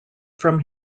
from